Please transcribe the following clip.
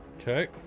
Okay